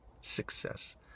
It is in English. success